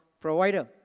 provider